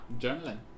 journaling